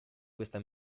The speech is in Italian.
questa